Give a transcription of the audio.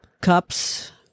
cups